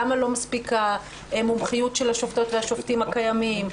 למה לא מספיקה המומחיות של השופטות והשופטים הקיימים?